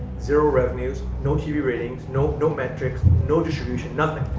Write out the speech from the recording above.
zero revenues, no tv ratings, no no metrics, no distribution, nothing.